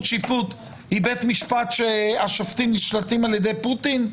השיפוט היא בית משפט שהשופטים נשלטים על ידי פוטין?